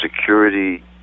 security